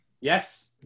Yes